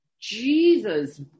Jesus